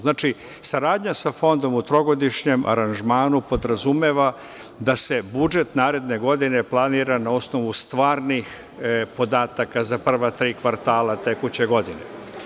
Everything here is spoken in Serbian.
Znači, saradnja sa Fondom u trogodišnjem aranžmanu podrazumeva da se budžet naredne godine planira na osnovu stvarnih podataka za prva tri kvartala tekuće godine.